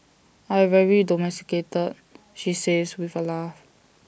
I very domesticated she says with A laugh